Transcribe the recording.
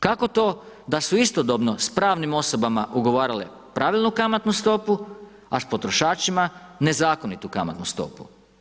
Kako to da su istodobno sa pravnim osobama ugovarale pravilnu kamatnu stopu a s potrošačima nezakonitu kamatnu stopu?